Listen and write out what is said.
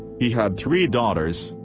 he had three daughters,